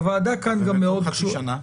הוועדה כאן גם מאוד קשובה --- ומתוך חצי שנה?